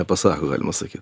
nepasako galima sakyt